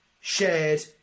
shared